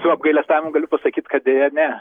su apgailestavimu galiu pasakyt kad deja ne